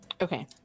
Okay